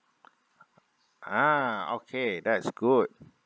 ah okay that's good